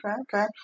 okay